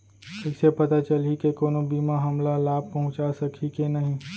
कइसे पता चलही के कोनो बीमा हमला लाभ पहूँचा सकही के नही